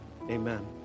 amen